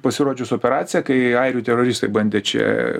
pasirodžius operacija kai airių teroristai bandė čia